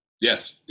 Yes